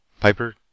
Piper